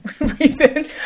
reason